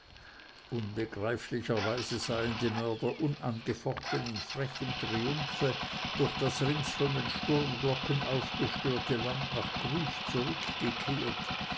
unbegreiflicherweise seien die mörder unangefochten in frechem triumphe durch das rings von den sturmglocken aufgestörte land nach grüsch zurückgekehrt